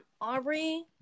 Aubrey